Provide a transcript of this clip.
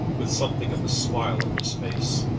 with something of a smile on his face,